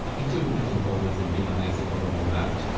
including cutting corners and being unethical and all that,